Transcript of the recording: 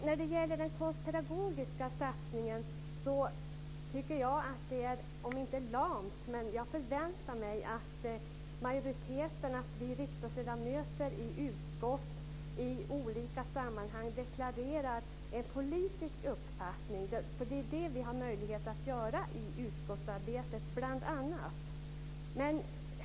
När det gäller den konstpedagogiska satsningen förväntar jag mig att vi riksdagsledamöter i utskott och i olika sammanhang deklarerar en politisk uppfattning. Det är det vi har möjlighet att göra i utskottsarbetet bl.a.